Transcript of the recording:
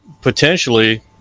potentially